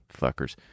fuckers